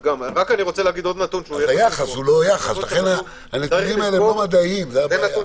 הנתונים האלה לא מדעיים, זו הבעיה.